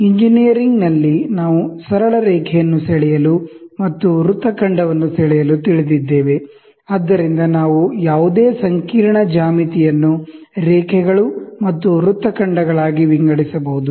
ಎಂಜಿನಿಯರಿಂಗ್ನಲ್ಲಿ ನಾವು ಸರಳ ರೇಖೆಯನ್ನು ಬರೆಯಲು ಮತ್ತು ವ್ರತ್ತ ಖಂಡವನ್ನು ಬರೆಯಲು ತಿಳಿದಿದ್ದೇವೆ ಆದ್ದರಿಂದ ನಾವು ಯಾವುದೇ ಸಂಕೀರ್ಣ ಜ್ಯಾಮಿತಿಯನ್ನು ಲೈನ್ ಗಳಾಗಿ ಮತ್ತು ಆರ್ಕ್ ಗಳಾಗಿ ವಿಂಗಡಿಸಬಹುದು